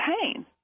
pain